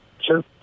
Sure